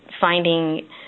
finding